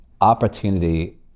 opportunity